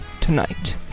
tonight